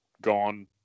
gone